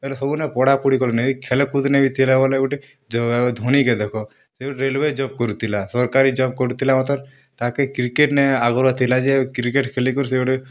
ଏବେ ସବୁନେ ପଢ଼ାପୁଢ଼ି କରି ନେଇଁ ଖେଲ୍ କୁଦ୍ ନେ ବି ଥିଲେ ବେଲେ ଗୁଟେ ଧୋନୀ କେ ଦେଖ ସେ ଗୁଟେ ରେଲ୍ୱେ ଜବ୍ କରୁଥିଲା ସରକାରୀ ଜବ୍ କରୁଥିଲା ମାତର୍ ତା'କେ କ୍ରିକେଟ୍ ନେ ଆଗ୍ରହ ଥିଲା ଯେ କ୍ରିକେଟ୍ ଖେଲିକରି ସେ ଗୁଟେ